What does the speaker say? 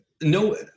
no